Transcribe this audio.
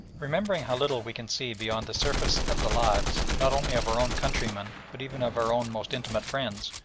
remembering how little we can see beyond the surface of the lives, not only of our own countrymen but even of our own most intimate friends,